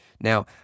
Now